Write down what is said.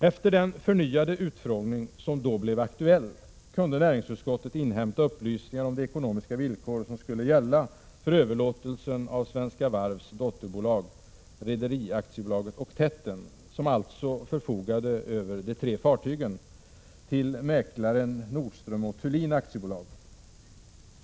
Efter den förnyade utfrågning som då blev aktuell kunde näringsutskottet inhämta upplysningar om de ekonomiska villkor som skulle gälla för överlåtelsen av Svenska Varvs dotterbolag — Rederi AB Oktetten, som alltså förfogade över de tre fartygen — till mäklaren Nordström & Thulin AB.